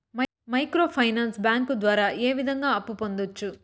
micro finance bank ద్వారా ఏ విధంగా అప్పు పొందొచ్చు